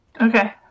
Okay